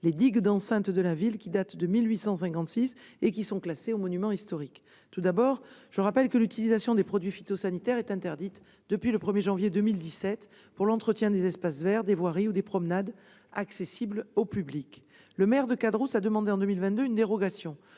les digues d'enceintes de la ville, qui datent de 1856 et qui sont classées au titre des monuments historiques. Tout d'abord, je rappelle que l'utilisation des produits phytosanitaires est interdite depuis le 1 janvier 2017 pour l'entretien des espaces verts, des voiries ou des promenades accessibles au public. Le maire de Caderousse a demandé en 2022 au directeur